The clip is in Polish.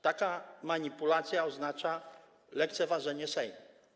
Taka manipulacja oznacza lekceważenie Sejmu.